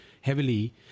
heavily